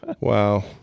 Wow